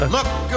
Look